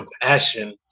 compassion